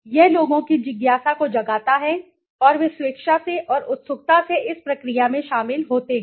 यह लोगों की जिज्ञासा को जगाता है और वे स्वेच्छा से और उत्सुकता से इस प्रक्रिया में शामिल होते हैं